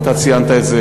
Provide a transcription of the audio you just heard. גם אתה ציינת את זה,